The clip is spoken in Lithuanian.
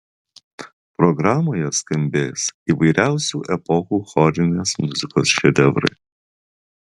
programoje skambės įvairiausių epochų chorinės muzikos šedevrai